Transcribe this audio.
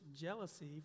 jealousy